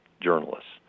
journalists